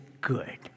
good